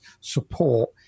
support